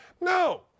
No